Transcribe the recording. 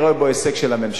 אני רואה בו הישג של הממשלה,